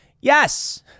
yes